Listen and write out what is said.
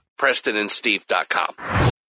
PrestonandSteve.com